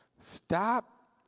Stop